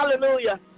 Hallelujah